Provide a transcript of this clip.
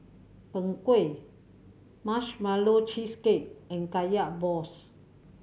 Png Kueh Marshmallow Cheesecake and Kaya balls